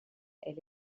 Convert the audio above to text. elle